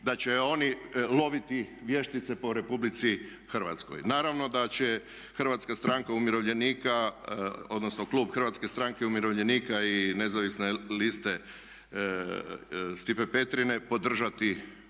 da će oni loviti vještice po Republici Hrvatskoj. Naravno da će Hrvatska stranka umirovljenika, odnosno klub Hrvatske stranke umirovljenika i nezavisne liste Stipe Petrine podržati ovo